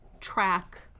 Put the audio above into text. track